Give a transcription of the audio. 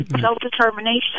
self-determination